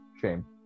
Shame